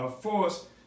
force